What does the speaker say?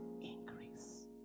increase